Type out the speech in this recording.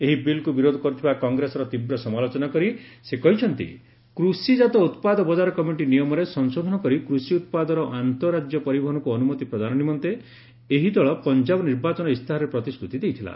ଏହି ବିଲ୍କୁ ବିରୋଧ କରୁଥିବା କଂଗ୍ରେସର ତୀବ୍ର ସମାଲୋଚନା କରି ସେ କହିଛନ୍ତିକ୍ଷିଜାତ ଉତ୍ପାଦ ବଜାର କମିଟି ନିୟମରେ ସଂଶୋଧନ କରି କୃଷି ଉତ୍ପାଦର ଆନ୍ତଃରାଜ୍ୟ ପରିବହନକୁ ଅନୁମତି ପ୍ରଦାନ ନିମନ୍ତେ ଏହି ଦଳ ପନ୍ଜାବ ନିର୍ବାଚନ ଇସ୍ତାହାରରେ ପ୍ରତିଶୃତି ଦେଇଥିଲା